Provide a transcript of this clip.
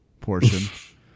portion